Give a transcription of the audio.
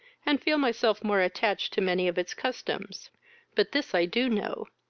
and feel myself more attached to many of its customs but this i do know,